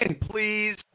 please